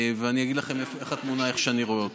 ואני אגיד לכם מה התמונה כפי שאני רואה אותה.